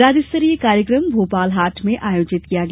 राज्य स्तरीय कार्यक्रम भोपाल हाट में आयोजित किया गया